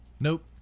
Nope